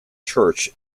church